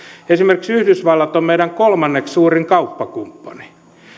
esimerkiksi yhdysvallat on meidän kolmanneksi suurin kauppakumppani